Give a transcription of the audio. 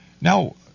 Now